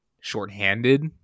shorthanded